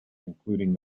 including